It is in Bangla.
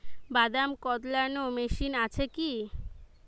বাদাম কদলানো মেশিন আছেকি?